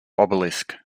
obelisk